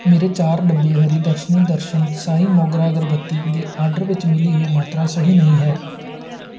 ਮੇਰੇ ਚਾਰ ਡੱਬੇ ਹਰੀ ਦਰਸ਼ਨੀ ਦਰਸ਼ਨ ਸਾਈਂ ਮੋਗਰਾ ਅਗਰਬੱਤੀ ਦੇ ਆਰਡਰ ਵਿੱਚ ਮਿਲੀ ਹੋਈ ਮਾਤਰਾ ਸਹੀ ਨਹੀਂ ਹੈ